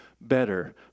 better